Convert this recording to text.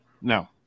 No